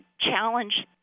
challenge